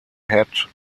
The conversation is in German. hat